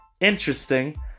interesting